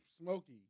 Smokey